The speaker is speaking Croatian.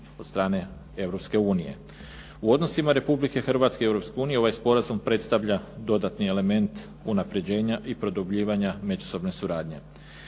unije. U odnosima Republike Hrvatske i Europske unije ovaj sporazum predstavlja dodatni element unapređenja i produbljivanja međusobne suradnje.